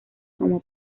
como